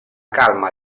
calma